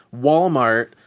walmart